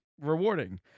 Rewarding